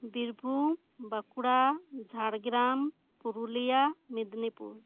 ᱵᱤᱨᱵᱷᱩᱢ ᱵᱟᱸᱠᱩᱲᱟ ᱡᱷᱟᱲᱜᱽᱨᱟᱢ ᱯᱩᱨᱩᱞᱤᱭᱟ ᱢᱮᱫᱽᱱᱤ ᱯᱩᱨ